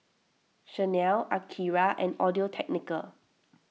Chanel Akira and Audio Technica